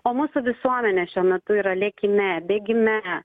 o mūsų visuomenė šiuo metu yra lėkime bėgime